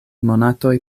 monatoj